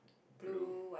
blue